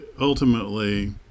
Ultimately